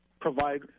provide